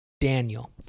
Daniel